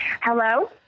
hello